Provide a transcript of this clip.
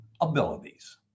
Abilities